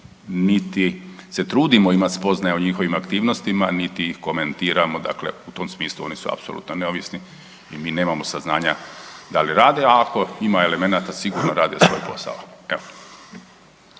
niti se trudimo imati spoznaja o njihovim aktivnostima niti ih komentiramo. Dakle, u tom smislu, oni su apsolutno neovisni i mi nemamo saznanja da li rade, ako ima elemenata, sigurno rade svoj posao.